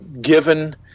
given